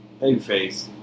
Babyface